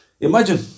Imagine